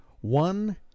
One